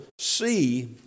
see